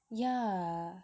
yeah